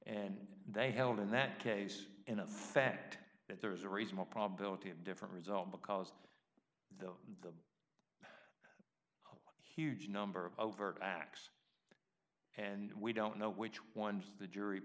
and they held in that case in fact that there is a reasonable probability of different result because the huge number of overt acts and we don't know which ones the jury